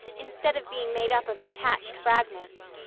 instead of being made up of detached fragments.